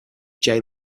jay